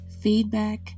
feedback